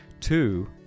two